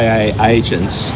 agents